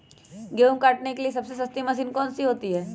गेंहू काटने के लिए सबसे सस्ती मशीन कौन सी होती है?